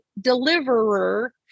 deliverer